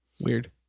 weird